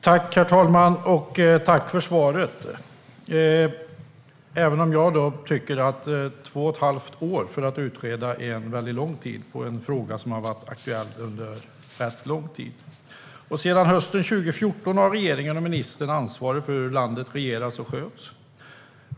Herr talman! Jag tackar för svaret, även om jag tycker att två och ett halvt år är en lång tid för att utreda en fråga som har varit aktuell under väldigt lång tid. Sedan hösten 2014 har regeringen och ministern ansvaret för hur landet regeras och sköts.